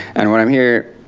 and what i'm here,